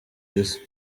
isi